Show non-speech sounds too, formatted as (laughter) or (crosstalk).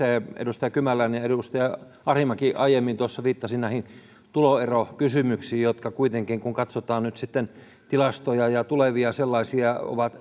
edustaja kymäläinen ja edustaja arhinmäki aiemmin viittasivat näihin tuloerokysymyksiin jotka kuitenkin kun katsotaan nyt tilastoja ja tulevia sellaisia ovat (unintelligible)